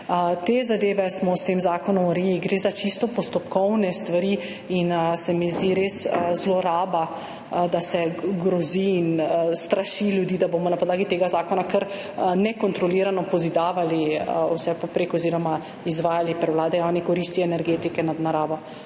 Te zadeve smo uredili s tem zakonom, gre za čisto postopkovne stvari in se mi zdi res zloraba, da se grozi in straši ljudi, da bomo na podlagi tega zakona kar nekontrolirano pozidavali vse povprek oziroma izvajali prevlado javne koristi energetike nad naravo.